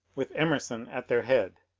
with emerson at their head.